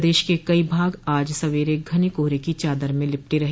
प्रदेश के कई भाग आज सवरे घने कोहरे को चादर में लिपटे रहे